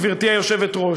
גברתי היושבת-ראש,